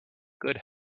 good